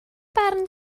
barn